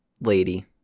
Lady